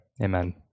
Amen